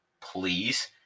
Please